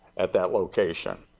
at that location.